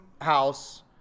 house